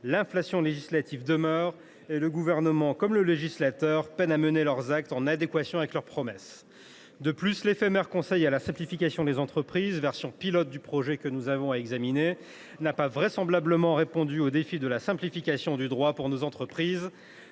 l’inflation législative demeure et le Gouvernement comme le législateur peinent à mettre leurs actes en adéquation avec leurs promesses. De plus, l’éphémère conseil de la simplification pour les entreprises, version pilote du projet que nous avons à examiner, n’a vraisemblablement pas répondu au défi de la simplification du droit pour nos entreprises.